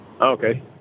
Okay